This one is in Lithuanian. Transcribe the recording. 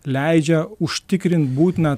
leidžia užtikrint būtiną